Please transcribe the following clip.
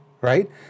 right